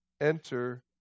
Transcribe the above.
enter